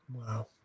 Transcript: Wow